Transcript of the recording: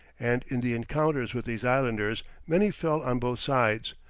and in the encounters with these islanders many fell on both sides,